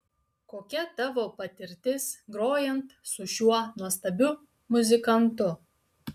kokia tavo patirtis grojant su šiuo nuostabiu muzikantu